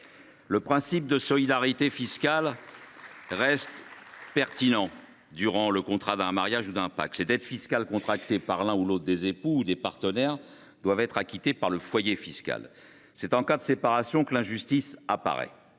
Le principe de solidarité fiscale reste pertinent durant le contrat d’un mariage ou d’un Pacs ; les dettes fiscales contractées par l’un ou l’autre des époux ou des partenaires doivent être acquittées par le foyer fiscal. C’est en cas de séparation que l’injustice apparaît.